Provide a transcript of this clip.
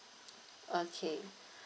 okay